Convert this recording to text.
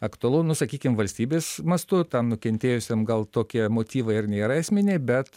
aktualu nu sakykim valstybės mastu tam nukentėjusiam gal tokie motyvai ir nėra esminiai bet